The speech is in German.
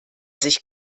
sich